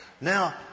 now